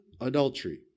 Adultery